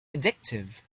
addictive